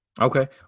Okay